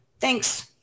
Thanks